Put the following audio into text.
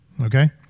Okay